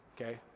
okay